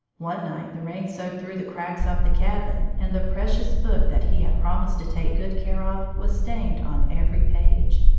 one night the rain soaked through the cracks of the cabin, and the precious book that he had promised to take good care of was stained on every page.